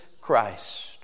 Christ